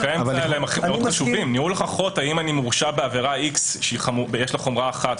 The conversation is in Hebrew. ניהול הוכחות האם אני מורשע בעבירה X ויש לה חומרה אחת,